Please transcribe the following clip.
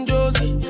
Josie